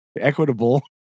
equitable